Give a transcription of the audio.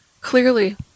clearly